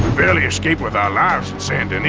barely escaped with our lives in saint